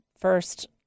first